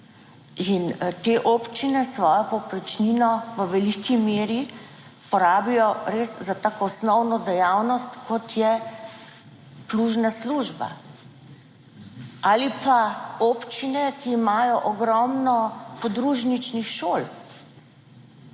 In te občine svojo povprečnino v veliki meri porabijo res za tako osnovno dejavnost, kot je plužna služba. Ali pa občine, ki imajo ogromno podružničnih šol.